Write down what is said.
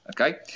Okay